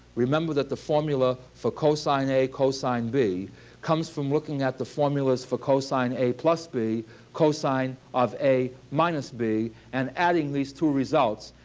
remember that the formula for cosine a cosine b comes from looking at the formulas for cosine a plus b cosine of a minus b and adding these two results.